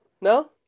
No